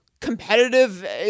competitive